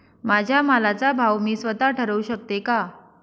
माझ्या मालाचा भाव मी स्वत: ठरवू शकते का?